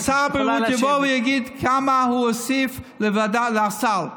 אני אשמח מאוד אם שר הבריאות יבוא ויגיד כמה הוא הוסיף לוועדה לסל.